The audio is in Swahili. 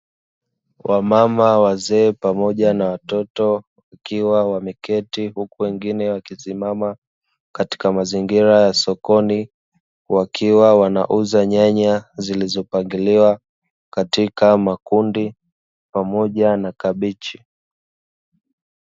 Wamama wazee pamoja na watoto wakiwa wameketi huku wengine wakisimama katika mazingira ya sokoni, wakiwa wanauza nyanya zilizopangiliwa katika makundi pamoja na kabichi.